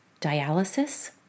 Dialysis